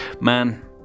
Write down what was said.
man